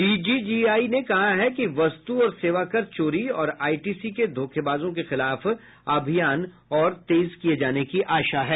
DGGI ने कहा है कि वस्तु और सेवा कर चोरी और आईटीसी के धोखेबाजों के खिलाफ अभियान और तेज किए जाने की आशा है